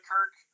Kirk